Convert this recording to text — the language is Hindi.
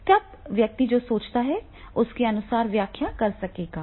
तब व्यक्ति जो सोचता है उसके अनुसार व्याख्या कर सकेगा